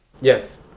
Yes